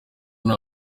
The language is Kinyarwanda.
nta